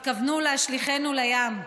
התכוונו להשליכנו לים,